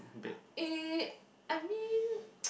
eh I mean